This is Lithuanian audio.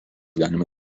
galima